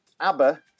Abba